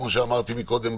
כמו שאמרתי קודם,